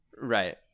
Right